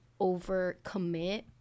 overcommit